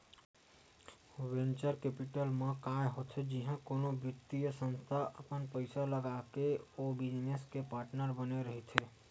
venture capital म काय होथे जिहाँ कोनो बित्तीय संस्था अपन पइसा लगाके ओ बिजनेस के पार्टनर बने रहिथे